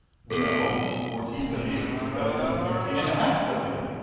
no, fourteen billion is better than thirteen and a half billion.